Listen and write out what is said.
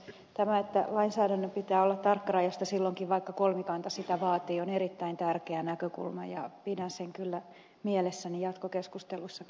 tämä että lainsäädännön pitää olla tarkkarajaista silloinkin vaikka kolmikanta sitä vaatii on erittäin tärkeä näkökulma ja pidän sen kyllä mielessäni jatkokeskustelussakin